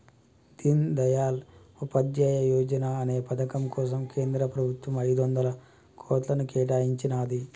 దీన్ దయాళ్ ఉపాధ్యాయ యోజనా అనే పథకం కోసం కేంద్ర ప్రభుత్వం ఐదొందల కోట్లను కేటాయించినాది